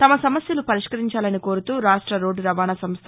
తమ సమస్యలు పరిష్కరించాలని కోరుతూ రాష్టరోడ్డు రవాణా సంస్ద